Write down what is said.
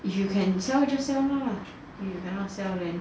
if you can sell just sell lah if you cannot sell then